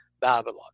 Babylon